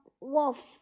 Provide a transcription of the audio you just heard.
wolf